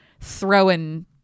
throwing